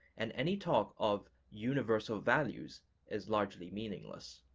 and any talk of universal values is largely meaningless.